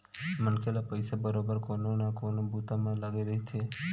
मनखे ल पइसा बरोबर कोनो न कोनो बूता म लगथे रहिथे